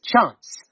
chance